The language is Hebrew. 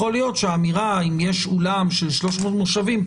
יכול להיות שהאמירה שאם יש אולם של 300 מושבים,